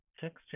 Text